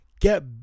Get